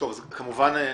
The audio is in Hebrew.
אתחיל מהתודות,